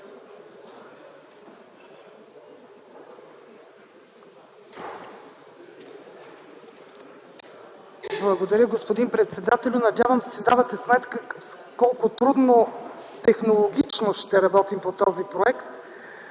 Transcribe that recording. Благодаря, господин председател. Надявам се давате си сметка колко трудно технологично ще работим по този проект,